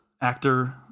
actor